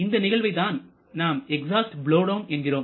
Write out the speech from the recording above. இந்த நிகழ்வை தான் நாம் எக்ஸாஸ்ட் பலோவ் டவுன் என்கின்றோம்